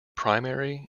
primary